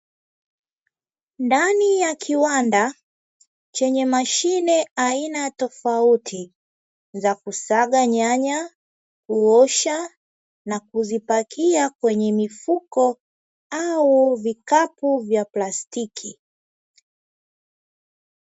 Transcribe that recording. Ndani ya kiwanda chenye mashine aina tofauti za kusaga nyanya, kuosha na kisaga nyanya na kupakia kwenye vifuko au vikapu vya plastiki.